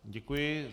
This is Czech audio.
Děkuji.